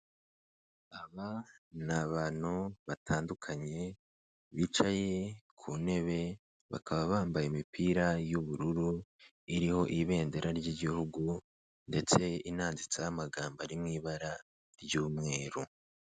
Aba ni abantu batandukanye bicaye ku ntebe bakaba bambaye imipira y'ubururu iriho ibendera ry'igihugu ndetse inanditseho amagambo ari mu ibara ry'umweru.